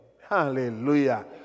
Hallelujah